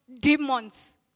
demons